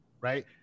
right